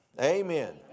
Amen